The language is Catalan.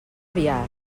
biar